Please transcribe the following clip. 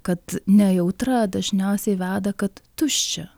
kad nejautra dažniausiai veda kad tuščia